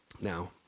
Now